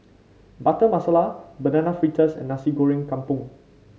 Butter Masala Banana Fritters and Nasi Goreng Kampung